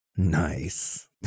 Nice